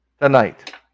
Tonight